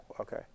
Okay